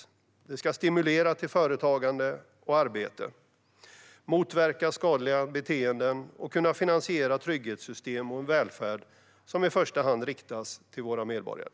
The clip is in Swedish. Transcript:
Det ska stimulera till företagande och arbete, motverka skadliga beteenden och kunna finansiera trygghetssystem och en välfärd som i första hand riktas till våra medborgare.